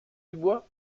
dubois